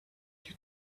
you